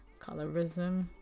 colorism